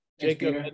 Jacob